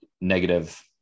negative